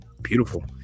beautiful